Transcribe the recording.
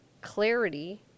clarity